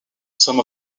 some